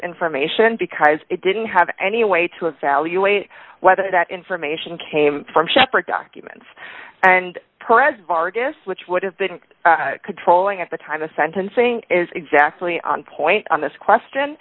information because it didn't have any way to evaluate whether that information came from separate documents and progress vargas which would have been controlling at the time of sentencing is exactly on point on this question